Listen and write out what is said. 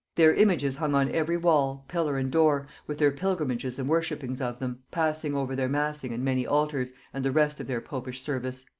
their images hung on every wall, pillar and door, with their pilgrimages and worshipings of them passing over their massing and many altars, and the rest of their popish service.